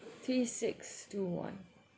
three six two one